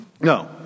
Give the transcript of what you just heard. No